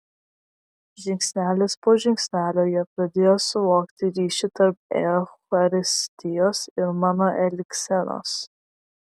žingsnelis po žingsnelio jie pradėjo suvokti ryšį tarp eucharistijos ir mano elgsenos